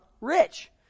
rich